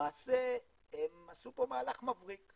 למעשה הם עשו פה מהלך מבריק,